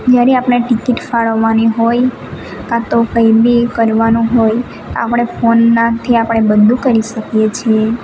જ્યારે આપણે ટિકિટ ફાળવવાની હોય કાં તો કંઈ બી કરવાનું હોય તો આપણે ફોનનાથી આપણે બધું કરી શકીએ છીએ